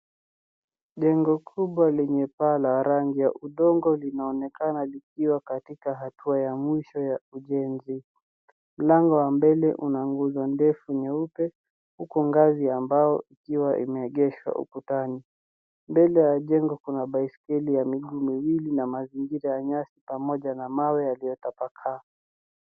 Jengo kubwa lenye paa la rangi ya udongo linaonekana likiwa katika hatua ya mwisho ya ujenzi. Mlango wa mbele una nguzo ndefu nyeupe huku ngazi ya mbao ikiwa imeegeshwa ukutani. Mbele ya jengo kuna baisikeli ya miguu miwili na mazingira ya nyasi pamoja na mawe yaliyotapakaa.